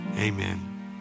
amen